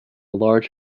large